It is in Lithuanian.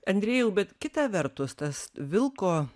andrejau bet kita vertus tas vilko